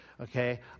Okay